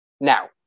Now